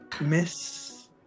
Miss